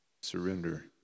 surrender